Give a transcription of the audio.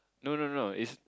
no no no it's